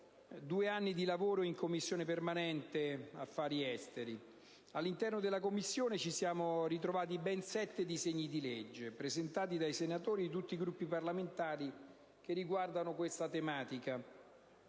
due anni di lavori in Commissione permanente 3a affari esteri. All'interno della Commissione ci siamo ritrovati ben 7 disegni di legge, presentati dai senatori di tutti i Gruppi parlamentari, riguardanti questa tematica.